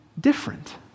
different